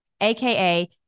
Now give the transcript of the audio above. AKA